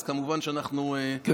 אז אנחנו כמובן לא נצביע לפני 10:00. כן,